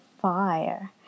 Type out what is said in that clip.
fire